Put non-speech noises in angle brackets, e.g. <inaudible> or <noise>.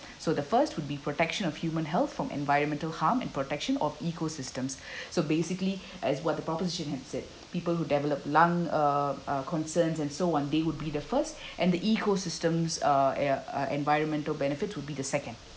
so the first would be protection of human health from environmental harm and protection of ecosystems <breath> so basically as what the proposition had said people who developed lung~ uh uh concerns and so on they would be the first and the ecosystems uh e~ uh environmental benefits will be the second